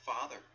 father